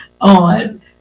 on